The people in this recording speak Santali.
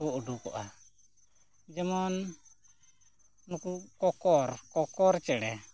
ᱠᱚ ᱩᱰᱩᱠᱚᱜᱼᱟ ᱡᱮᱢᱚᱱ ᱱᱩᱠᱩ ᱠᱚᱠᱚᱨ ᱠᱚᱠᱚᱨ ᱪᱮᱬᱮ